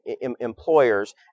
Employers